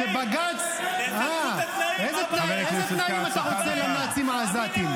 תסדרו את התנאים, מה הבעיה?